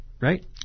right